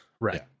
Right